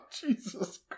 Jesus